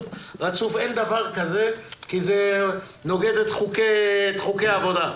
אין דבר כזה כי זה נוגד את חוקי העבודה.